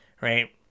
right